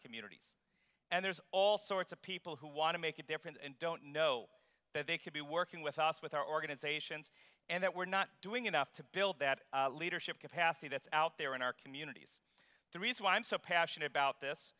communities and there's all sorts of people who want to make a difference and don't know that they could be working with us with our organizations and that we're not doing enough to build that leadership capacity that's out there in our communities the reason why i'm so passionate about this